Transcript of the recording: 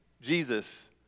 Jesus